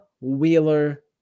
Wheeler